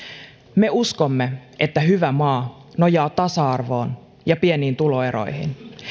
me uskomme että hyvä maa nojaa tasa arvoon ja pieniin tuloeroihin